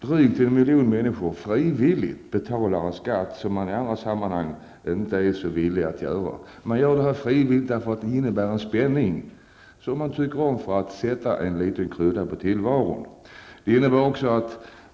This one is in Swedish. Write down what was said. Drygt en miljon människor betalar därmed frivilligt en skatt som de i andra sammanhang inte är så villiga att betala. De gör det frivilligt därför att det innebär en spänning, som man tycker om; den sätter litet krydda på tillvaron.